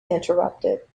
interrupted